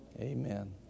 Amen